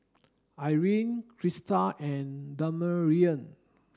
Irene Christa and Damarion